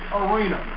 arena